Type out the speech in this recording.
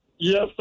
Yes